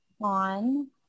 on